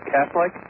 Catholic